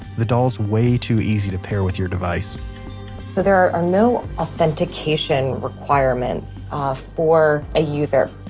the doll's way too easy to pair with your device so there are are no authentication requirements ah for a user.